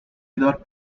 without